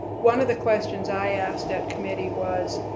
one of the questions i asked at committee was